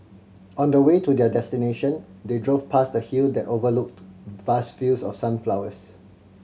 on the way to their destination they drove past a hill that overlooked vast fields of sunflowers